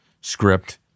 script